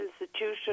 institution